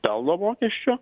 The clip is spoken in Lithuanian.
pelno mokesčio